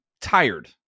tired